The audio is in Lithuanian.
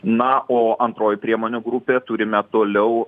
na o antroji priemonių grupė turime toliau